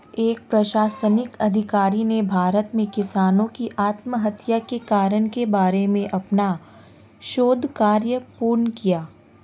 एक प्रशासनिक अधिकारी ने भारत में किसानों की आत्महत्या के कारण के बारे में अपना शोध कार्य पूर्ण किया